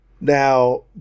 now